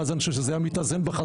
ואז אני חושב שזה היה מתאזן בחזרה,